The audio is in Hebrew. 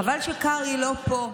חבל שקרעי לא פה,